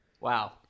wow